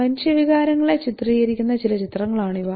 മനുഷ്യ വികാരങ്ങളെ ചിത്രീകരിക്കുന്ന ചില ചിത്രങ്ങളാണിവ